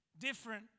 different